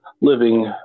living